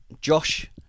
Josh